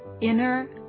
Inner